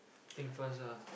think first ah